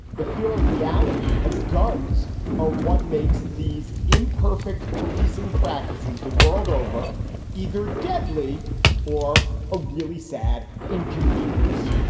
the fear and reality of guns are what makes these imperfect policing practices the world over either deadly or a really sad inconvenience.